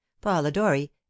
polidori